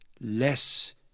less